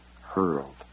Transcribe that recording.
hurled